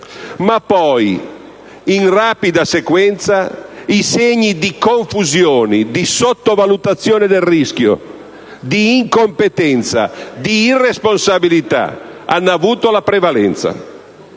Ma poi, in rapida sequenza, i segni di confusione, di sottovalutazione del rischio, di incompetenza, di irresponsabilità hanno avuto la prevalenza.